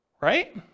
right